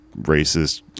racist